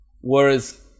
whereas